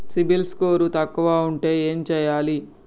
CIBIL score తక్కువ ఉంటే ఏం చేయాలి?